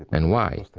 and why?